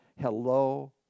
Hello